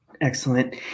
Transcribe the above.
Excellent